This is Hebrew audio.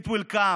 it will come,